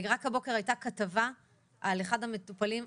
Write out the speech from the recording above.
רק הבוקר הייתה כתבה על אחד המטופלים,